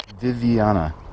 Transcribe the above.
Viviana